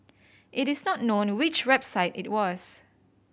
it is not known which website it was